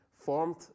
formed